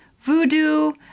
Voodoo